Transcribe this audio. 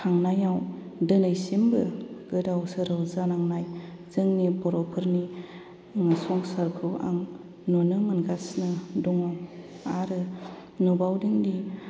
थांनायाव दोनैसिमबो गोदाव सोराव जानांनाय जोंनि बर'फोरनि संसारखौ आं नुनो मोनगासिनो दङ आरो नुबावदोंदि